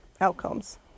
outcomes